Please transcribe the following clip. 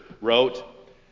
wrote